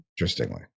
interestingly